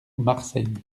marseille